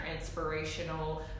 inspirational